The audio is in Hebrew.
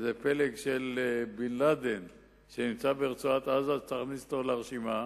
פלג של בן-לאדן שנמצא ברצועת-עזה וצריך להכניס אותו לרשימה,